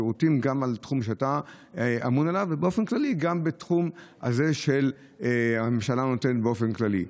גם בתחום שאתה אמון עליו וגם בתחום שהממשלה נותנת באופן כללי.